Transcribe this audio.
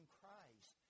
Christ